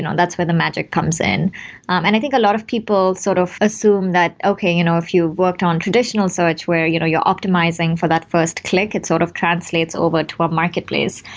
and that's where the magic comes in um and i think a lot of people sort of assume that okay, you know if you've worked on traditional search where you know you're optimizing for that first click it sort of translates over to our marketplace.